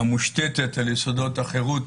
המושתתת על יסודות החירות,